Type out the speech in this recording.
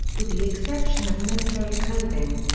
with the exception of military clothing.